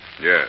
Yes